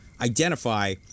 identify